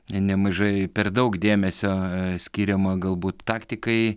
nemažai per daug dėmesio skiriama galbūt taktikai